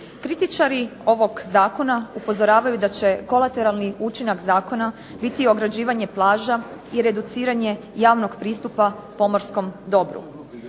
Kritičari ovog zakona upozorava da će kolateralni učinak zakona biti ograđivanje plaća i reduciranje javnog pristupa pomorskom dobru.